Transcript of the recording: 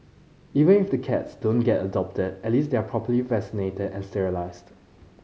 even if the cats don't get adopted at least they are properly vaccinated and sterilised